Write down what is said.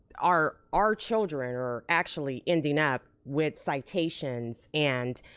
our our children are actually ending up with citations and